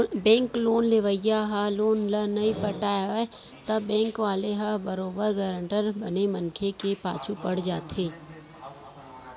bank loan लेवइया ह loan ल नइ पटावय त बेंक वाले ह बरोबर गारंटर बने मनखे के पाछू पड़ जाथे